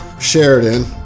Sheridan